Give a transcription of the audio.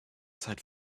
zeit